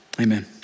Amen